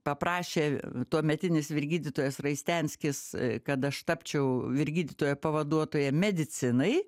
paprašė tuometinis vyr gydytojas raistenskis kad aš tapčiau vyr gydytojo pavaduotoja medicinai